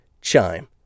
Chime